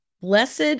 blessed